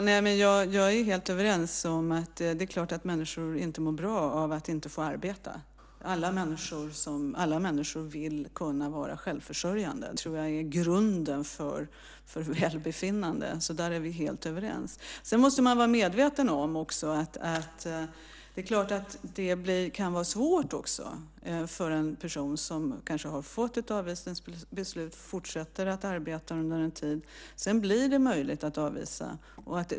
Herr talman! Jag är helt överens med Gunnar Nordmark - det är klart att människor inte mår bra av att inte få arbeta. Alla människor vill kunna vara självförsörjande - det tror jag är grunden för välbefinnande. Där är vi helt överens. Sedan måste man vara medveten om att det också kan vara svårt för en person som kanske har fått ett avvisningsbeslut och fortsätter att arbeta under en tid, och så blir det möjligt att avvisa.